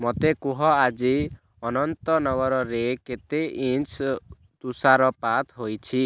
ମୋତେ କୁହ ଆଜି ଅନନ୍ତନଗରେ କେତେ ଇଞ୍ଚ୍ ତୁଷାରପାତ ହୋଇଛି